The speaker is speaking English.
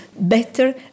better